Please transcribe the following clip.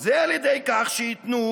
היא על ידי כך שייתנו,